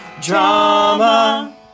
Drama